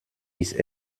ist